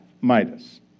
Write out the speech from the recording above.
Midas